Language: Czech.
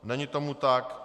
Není tomu tak.